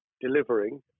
delivering